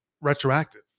retroactive